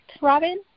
Robin